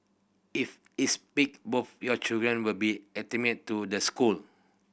if it's picked both your children will be admitted to the school